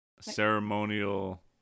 ceremonial